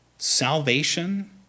salvation